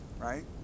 right